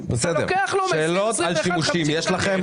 יש לכם שאלות על שימושים?